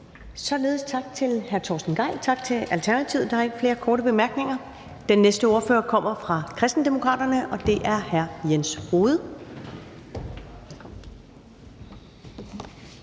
Således tak til hr. Torsten Gejl og Alternativet. Der er ikke flere korte bemærkninger. Den næste ordfører kommer fra Kristendemokraterne, og det er hr. Jens Rohde.